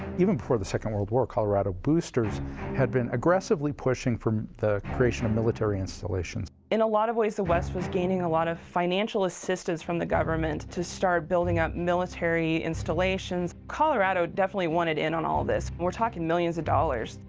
even before the second world war, colorado boosters had been aggressively pushing for the creation of military installations. woman in a lot of ways, the west was gaining a lot of financial assistance from the government to start building up military installations. colorado definitely wanted in on all of this, we're talking millions of dollars.